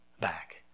back